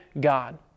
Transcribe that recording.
God